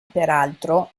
peraltro